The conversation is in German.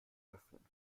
öffnen